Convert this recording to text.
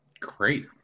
great